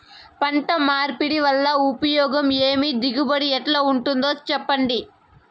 పంట మార్పిడి వల్ల ఉపయోగం ఏమి దిగుబడి ఎట్లా ఉంటుందో చెప్పండి?